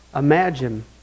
Imagine